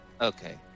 Okay